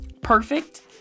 perfect